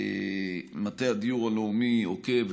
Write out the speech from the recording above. מטה הדיור הלאומי עוקב,